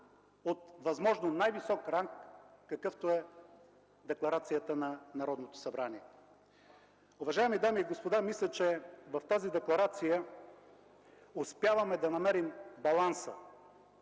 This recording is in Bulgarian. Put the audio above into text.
от възможно най-висок ранг, какъвто е декларацията на Народното събрание. Уважаеми дами и господа, мисля, че в тази декларация успяваме да намерим баланса